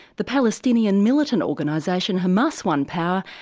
the palestinian militant organisation hamas won power.